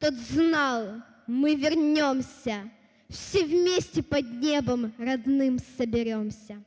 тот знал, мы вернемся, Все вместе под небом родным соберемся!